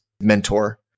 mentor